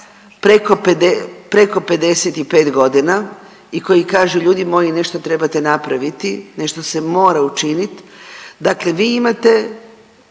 preko 55 godina i koji kažu ljudi moji nešto trebate napraviti, nešto se mora učinit. Dakle, vi imate